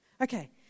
Okay